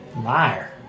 Liar